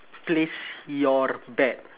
place your bet